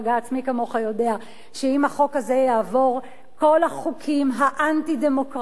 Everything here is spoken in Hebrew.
ומי כמוך צריך לדעת שאם יעבור החוק שמציע השר נאמן,